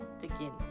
begin